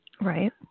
Right